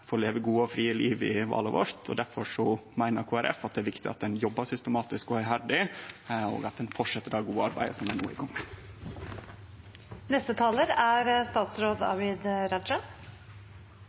får leve eit godt og fritt liv i landet vårt. Derfor meiner Kristeleg Folkeparti det er viktig at ein jobbar systematisk og iherdig, og at ein fortset med det gode arbeidet som ein no er